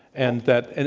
and that, and